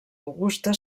augusta